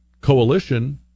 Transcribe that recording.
coalition